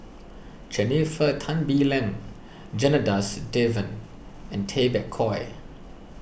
Jennifer Tan Bee Leng Janadas Devan and Tay Bak Koi